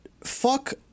fuck